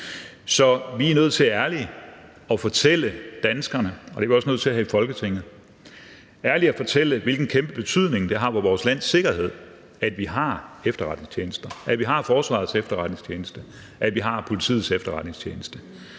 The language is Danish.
Så vi er nødt til ærligt at fortælle danskerne, og det er vi også nødt til her i Folketinget, hvilken kæmpe betydning det har for vores lands sikkerhed, at vi har efterretningstjenester: at vi har Forsvarets Efterretningstjeneste, og at vi har Politiets Efterretningstjeneste.